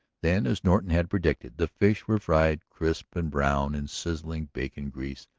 then, as norton had predicted, the fish were fried, crisp and brown, in sizzling bacon-grease,